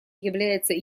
является